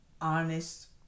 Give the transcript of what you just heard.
honest